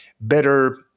better